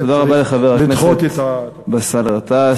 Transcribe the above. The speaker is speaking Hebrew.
תודה רבה לחבר הכנסת באסל גטאס.